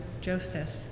Joseph